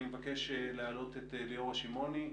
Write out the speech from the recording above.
אני מבקש להעלות את ליאורה שמעוני,